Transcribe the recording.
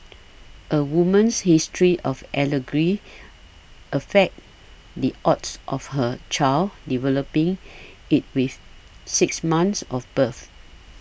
a woman's history of allergy affects the odds of her child developing it within six months of birth